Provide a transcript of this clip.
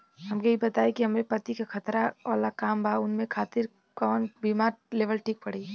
हमके ई बताईं कि हमरे पति क खतरा वाला काम बा ऊनके खातिर कवन बीमा लेवल ठीक रही?